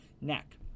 neck